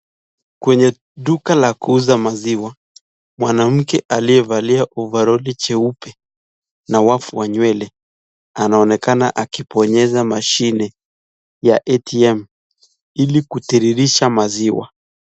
Kwenye duka la kuuza maziwa, mwanamke aliyevalia overrall cheupe na wafu wa nywele, anaonekana akibonyeza mashini ya ATM ili kutiririsha maziwa.